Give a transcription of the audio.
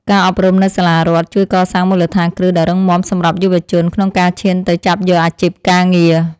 ការអប់រំនៅសាលារដ្ឋជួយកសាងមូលដ្ឋានគ្រឹះដ៏រឹងមាំសម្រាប់យុវជនក្នុងការឈានទៅចាប់យកអាជីពការងារ។